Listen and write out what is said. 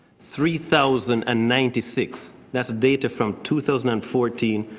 three thousand and ninety six. that's data from two thousand and fourteen,